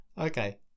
Okay